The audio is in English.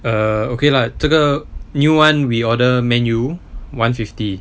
err okay lah 这个 new [one] we order man U one fifty